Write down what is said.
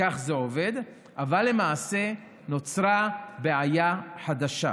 וכך זה עובד, אבל למעשה נוצרה בעיה חדשה,